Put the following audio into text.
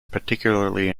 particularly